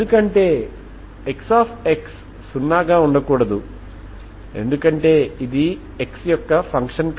ఎందుకంటే c1అనేది ఆర్బిటరీ కావచ్చు కాబట్టి n n22L2 అనేవి ఐగెన్ విలువలు